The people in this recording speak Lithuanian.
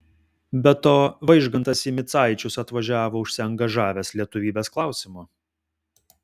be to vaižgantas į micaičius atvažiavo užsiangažavęs lietuvybės klausimu